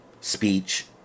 speech